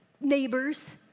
neighbors